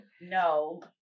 No